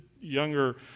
younger